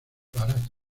barato